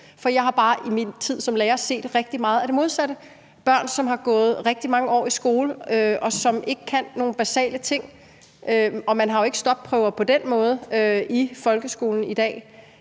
For jeg har bare i min tid som lærer set rigtig meget af det modsatte: børn, som har gået rigtig mange år i skole, og som ikke kan nogle basale ting. Og man har jo ikke stopprøver på den måde i folkeskolen i dag.